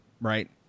Right